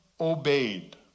obeyed